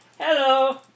Hello